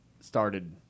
started –